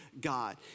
God